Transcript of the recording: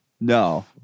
No